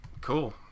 cool